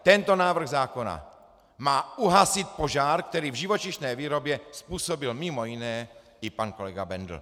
Tento návrh zákona má uhasit požár, který v živočišné výrobě způsobil mj. i pan kolega Bendl.